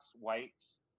Whites